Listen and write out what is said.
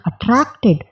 attracted